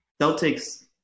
Celtics